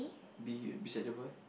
be beside the boy